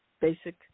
basic